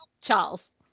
Charles